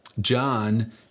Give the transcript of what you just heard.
John